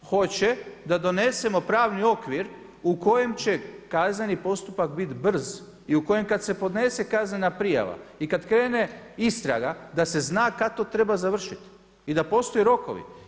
Hoće da donesemo pravni okvir u kojem će kazneni postupak bit brz i u kojem kad se podnese kaznena prijava i kad krene istraga da se zna kad to treba završiti i da postoje rokovi.